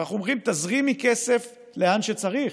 ואנחנו אומרים: תזרימי כסף לאן שצריך.